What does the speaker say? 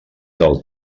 del